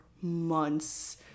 months